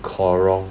cor~ wrong